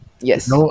Yes